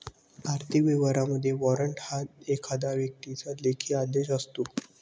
आर्थिक व्यवहारांमध्ये, वॉरंट हा एखाद्या व्यक्तीचा लेखी आदेश असतो